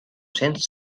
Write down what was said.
cents